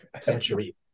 Century